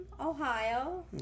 Ohio